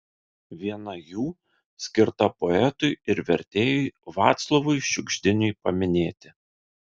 viena jų skirta poetui ir vertėjui vaclovui šiugždiniui paminėti